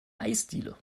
eisdiele